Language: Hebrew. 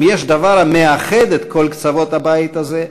אם יש דבר המאחד את כל קצוות הבית הזה,